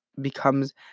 becomes